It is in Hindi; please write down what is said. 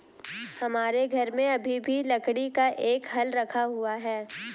हमारे घर में अभी भी लकड़ी का एक हल रखा हुआ है